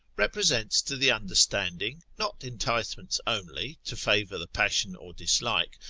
represents to the understanding, not enticements only, to favour the passion or dislike,